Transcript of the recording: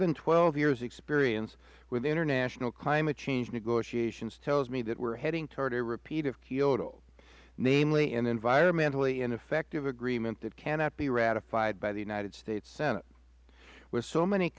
than twelve years experience with international climate change negotiations tells me we are heading towards a repeat of kyoto namely an environmentally ineffective agreement that cannot be ratified by the united states senate with so many